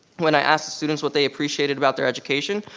when i asked the students what they appreciated about their education,